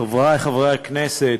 תודה רבה, חברי חברי הכנסת,